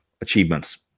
achievements